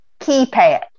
keypad